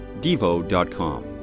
devo.com